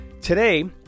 Today